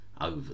over